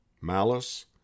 malice